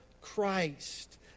Christ